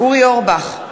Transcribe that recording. אורי אורבך,